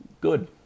good